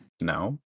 No